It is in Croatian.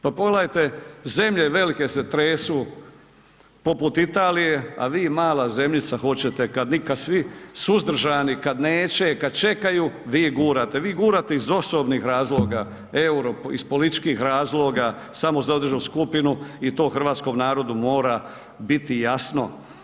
Pa pogledajte zemlje velike se tresu poput Italije a vi mala zemljica hoćete kad svi suzdržani, kad neće, kad čekaju, vi gurate, vi gurate iz osobnih razloga euro, iz političkih razloga samo za određenu skupinu i to hrvatskom narodu biti jasno.